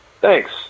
Thanks